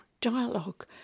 dialogue